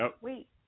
wait